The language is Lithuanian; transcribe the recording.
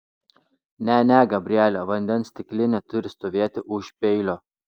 ne ne gabriele vandens stiklinė turi stovėti už peilio